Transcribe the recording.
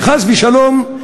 וחס ושלום,